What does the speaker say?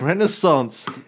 Renaissance